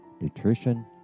nutrition